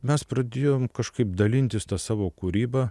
mes pradėjom kažkaip dalintis ta savo kūryba